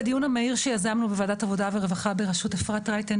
בדיון המהיר שיזמנו בוועדת העבודה והרווחה בראשות אפרת רייטן,